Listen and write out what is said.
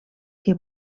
que